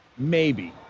maybe.